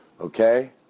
Okay